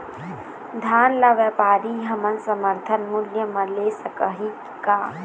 धान ला व्यापारी हमन समर्थन मूल्य म ले सकही का?